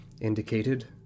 indicated